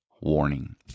warning